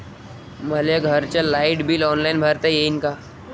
मले घरचं light bill online भरता येईन का?